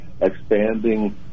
expanding